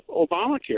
Obamacare